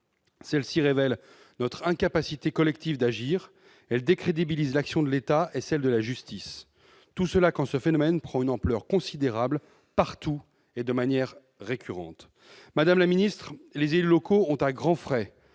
Celle-ci révèle notre incapacité collective à agir, elle décrédibilise l'action de l'État et celle de la justice, tout cela alors que ce phénomène prend une ampleur considérable, partout et de manière récurrente. Les élus locaux ont mis en place,